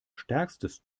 stärkstes